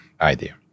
idea